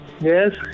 Yes